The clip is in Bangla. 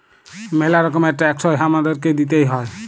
ম্যালা রকমের ট্যাক্স হ্যয় হামাদেরকে দিতেই হ্য়য়